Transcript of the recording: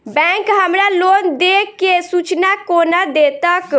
Bank हमरा loan देय केँ सूचना कोना देतय?